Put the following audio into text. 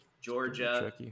Georgia